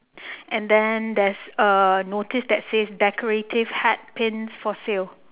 and then there's a notice that says decorative hat pins for sale